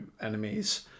enemies